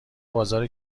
بازار